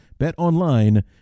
BetOnline